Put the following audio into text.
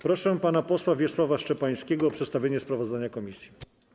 Proszę pana posła Wiesława Szczepańskiego o przedstawienie sprawozdania komisji.